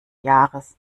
jahres